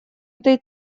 этой